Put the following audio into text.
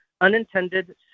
unintended